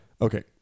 okay